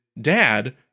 dad